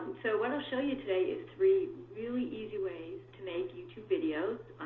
so and show you today is three really easy ways to make youtube videos.